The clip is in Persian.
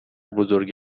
بزرگ